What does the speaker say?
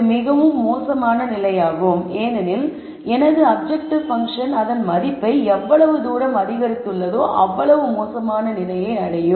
இது மிகவும் மோசமான நிலையாகும் ஏனெனில் எனது அப்ஜெக்ட்டிவ் பன்ஃசன் அதன் மதிப்பை எவ்வளவு தூரம் அதிகரித்துள்ளதோ அவ்வளவு மோசமான நிலையை அடையும்